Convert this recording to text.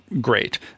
great